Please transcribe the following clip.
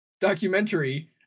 documentary